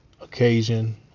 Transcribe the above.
occasion